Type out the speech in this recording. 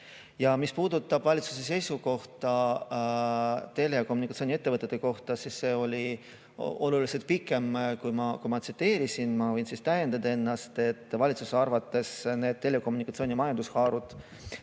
Mis puudutab valitsuse seisukohta telekommunikatsiooni ettevõtete suhtes, siis see oli oluliselt pikem, kui ma tsiteerisin. Ma võin täiendada, et valitsuse arvates need telekommunikatsiooni majandusharus